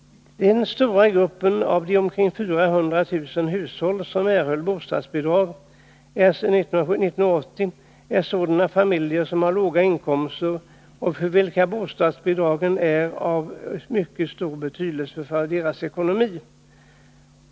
Den stora gruppen bland de omkring 400 000 hushåll som 1980 erhöll bostadsbidrag är sådana familjer som har låga inkomster och för vilka bostadsbidragen är av mycket stor betydelse för deras ekonomi.